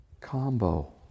Combo